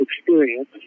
experience